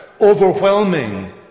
overwhelming